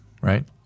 right